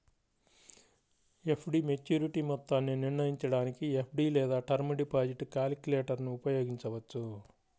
FD maturity మొత్తాన్ని నిర్ణయించడానికి FD లేదా టర్మ్ డిపాజిట్ క్యాలిక్యులేటర్ను ఉపయోగించవచ్చు